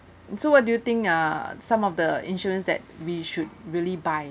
so what do you think ah some of the insurance that we should really buy